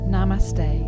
Namaste